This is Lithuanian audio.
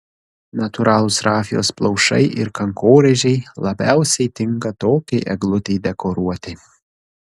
natūralūs rafijos plaušai ir kankorėžiai labiausiai tinka tokiai eglutei dekoruoti